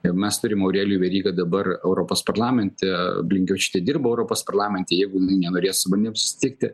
jeigu mes turim aurelijų verygą dabar europos parlamente blinkevičiūtė dirbo europos parlamente jeigu jinai nenorės su manim susitikti